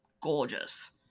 gorgeous